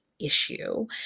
issue